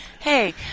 Hey